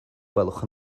gwelwch